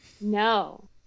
No